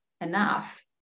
enough